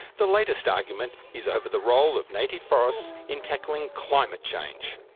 the latest argument is over the role of native forests in tackling climate change.